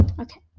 okay